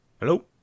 Hello